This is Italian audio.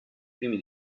primi